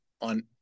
on